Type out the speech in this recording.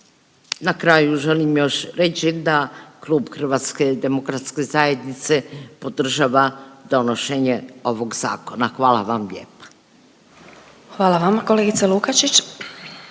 Na kraju želim još reći da klub Hrvatske demokratske zajednice podržava donošenje ovog zakona. Hvala vam lijepa. **Glasovac, Sabina